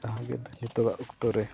ᱡᱟᱦᱟᱸᱜᱮ ᱱᱤᱛᱳᱜᱼᱟᱜ ᱚᱠᱛᱚ ᱨᱮ